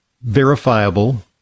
verifiable